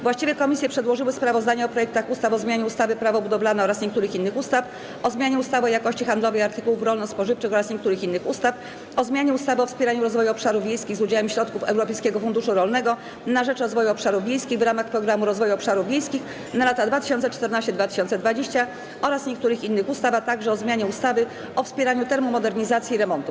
Właściwe komisje przedłożyły sprawozdania o projektach ustaw: - o zmianie ustawy Prawo budowlane oraz niektórych innych ustaw, - o zmianie ustawy o jakości handlowej artykułów rolno-spożywczych oraz niektórych innych ustaw, - o zmianie ustawy o wspieraniu rozwoju obszarów wiejskich z udziałem środków Europejskiego Funduszu Rolnego na rzecz Rozwoju Obszarów Wiejskich w ramach Programu Rozwoju Obszarów Wiejskich na lata 2014–2020 oraz niektórych innych ustaw, - o zmianie ustawy o wspieraniu termomodernizacji i remontów.